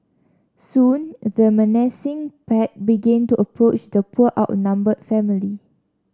soon the menacing pack began to approach the poor outnumbered family